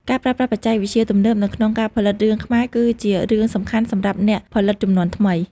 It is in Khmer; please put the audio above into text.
ការប្រើប្រាស់បច្ចេកវិទ្យាទំនើបនៅក្នុងការផលិតរឿងខ្មែរគឺជារឿងសំខាន់សម្រាប់អ្នកផលិតជំនាន់ថ្មី។